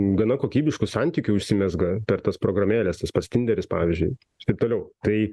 gana kokybiškų santykių užsimezga per tas programėles tas pats tinderis pavyzdžiui taip toliau tai